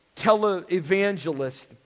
televangelist